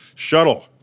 Shuttle